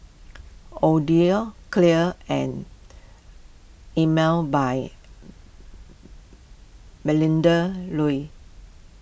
Odlo Clear and Emel by Melinda Looi